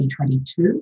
2022